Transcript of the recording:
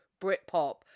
Britpop